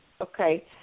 okay